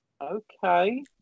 Okay